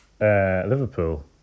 Liverpool